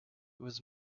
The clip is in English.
was